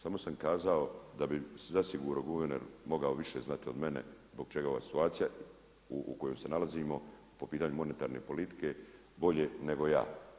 Samo sam kazao da bi zasigurno guverner mogao više znati od mene zbog čega ova situacija u kojoj se nalazimo po pitanju monetarne politike bolje nego ja.